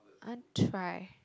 I want try